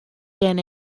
gen